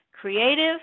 creative